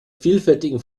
vielfältigen